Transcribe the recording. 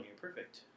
Perfect